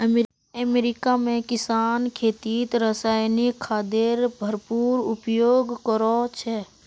America में किसान खेतीत रासायनिक खादेर भरपूर उपयोग करो छे